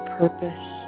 purpose